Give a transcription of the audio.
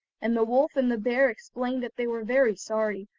and the wolf and the bear explained that they were very sorry,